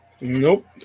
Nope